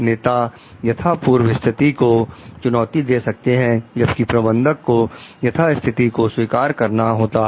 नेता यथा पूर्व स्थिति को चुनौती दे सकते हैं जबकि प्रबंधक को यथास्थिति को स्वीकार करना होता है